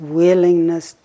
willingness